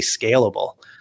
scalable